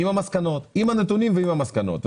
הנתונים עם המסקנות.